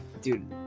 dude